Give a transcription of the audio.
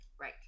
Right